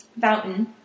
fountain